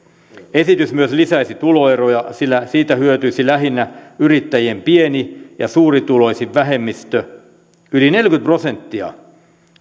esitys myös lisäisi tuloeroja sillä siitä hyötyisi lähinnä yrittäjien pieni ja suurituloisin vähemmistö yli neljäkymmentä prosenttia